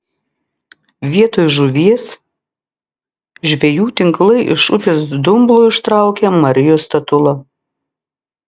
vietoj žuvies žvejų tinklai iš upės dumblo ištraukė marijos statulą